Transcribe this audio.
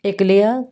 eclairs